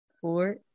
four